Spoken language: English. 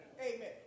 Amen